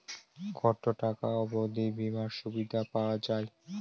কত টাকা অবধি বিমার সুবিধা পাওয়া য়ায়?